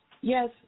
Yes